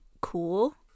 cool